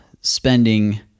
spending